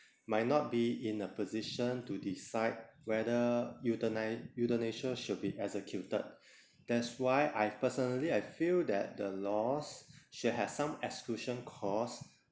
might not be in a position to decide whether euthani~ euthanasia should be executed that's why I personally I feel that the laws should have some exclusion clause